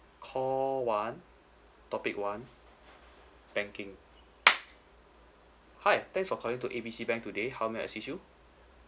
call one topic one banking hi thanks for calling to A B C bank today how may I assist you